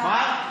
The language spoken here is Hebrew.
מה?